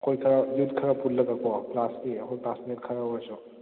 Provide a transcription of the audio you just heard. ꯑꯩꯈꯣꯏ ꯈꯔ ꯌꯨꯠ ꯈꯔ ꯄꯨꯟꯂꯒꯀꯣ ꯀ꯭ꯂꯥꯁꯀꯤ ꯑꯩꯈꯣꯏ ꯀ꯭ꯂꯥꯁꯃꯦꯠ ꯈꯔ ꯑꯣꯏꯔꯁꯨ